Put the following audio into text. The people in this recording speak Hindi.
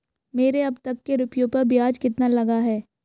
मेरे अब तक के रुपयों पर ब्याज कितना लगा है?